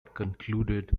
concluded